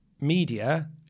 media